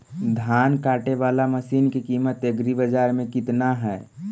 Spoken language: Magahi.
धान काटे बाला मशिन के किमत एग्रीबाजार मे कितना है?